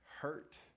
hurt